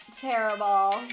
terrible